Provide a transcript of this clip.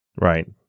Right